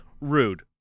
rude